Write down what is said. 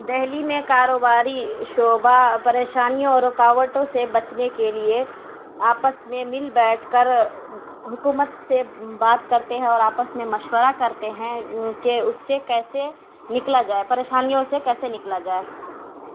دہلی میں کاروباری شعبہ پریشانیوں اور رکاوٹوں سے بچنے کے لیے آپس میں مل بیٹھ کر حکومت سے بات کرتے ہیں اور آپس میں مشورہ کرتے ہیں کہ اس سے کیسے نکلا جائے پریشانیوں سے کیسے نکلا جائے